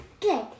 Good